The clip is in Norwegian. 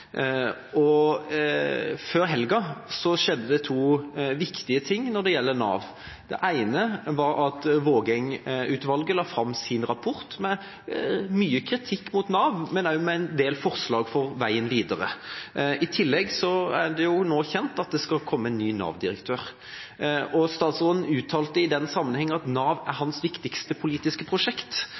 Før helga skjedde det to viktige ting når det gjelder Nav. Det ene er at Vågeng-utvalget la fram sin rapport med mye kritikk mot Nav, men også med en del forslag for veien videre. I tillegg er det jo nå kjent at det skal komme en ny Nav-direktør. Statsråden uttalte i den sammenheng at Nav er hans viktigste politiske prosjekt,